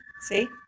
see